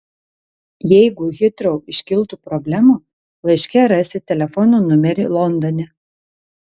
jeigu hitrou iškiltų problemų laiške rasit telefono numerį londone